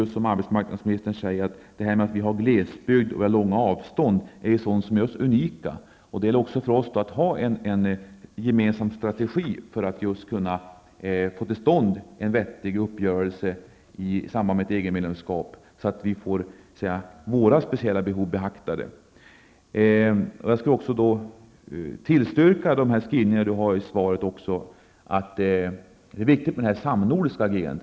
Som arbetsmarknadsministern säger är detta att vi har långa avstånd och glesbygd något som gör oss unika. Det gäller för oss att ha en gemensam strategi för att kunna få till stånd en vettig uppgörelse i samband med ett EG-medlemskap, så att vi får våra speciella behov beaktade. Jag vill tillstyrka de skrivningar arbetsmarknadsministern har i svaret om att det är viktigt med det samnordiska agerandet.